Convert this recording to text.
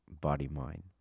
body-mind